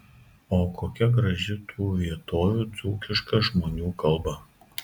o kokia graži tų vietovių dzūkiška žmonių kalba